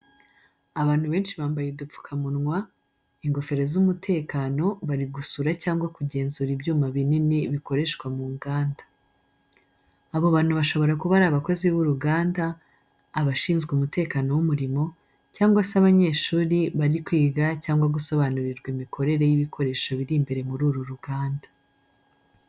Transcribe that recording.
Abantu benshi bambaye udupfukamunwa, ingofero z’umutekano bari gusura cyangwa kugenzura ibyuma binini bikoreshwa mu nganda. Abo bantu bashobora kuba abakozi b’uruganda, abashinzwe umutekano w’umurimo, cyangwa se abanyeshuri bari kwiga cyangwa gusobanurirwa imikorere y’ibikoresho biri imbere muri uru ruganda.